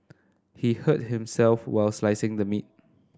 he hurt himself while slicing the meat